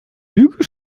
lüge